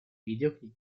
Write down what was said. videoclip